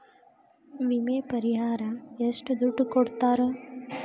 ವಿಮೆ ಪರಿಹಾರ ಎಷ್ಟ ದುಡ್ಡ ಕೊಡ್ತಾರ?